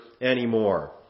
anymore